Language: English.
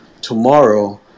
tomorrow